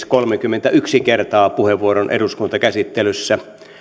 kolmekymmentäyksi kertaa puheenvuoron eduskuntakäsittelyssä